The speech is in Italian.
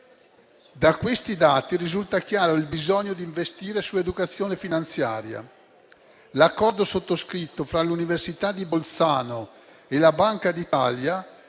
Da questi dati risulta chiaro il bisogno di investire nell'educazione finanziaria. L'accordo sottoscritto fra l'università di Bolzano e la Banca d'Italia,